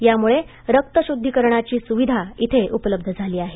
यामुळे रक्तशुद्धीकरणाची सुविधा येथे उपलब्ध झाली आहे